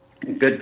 good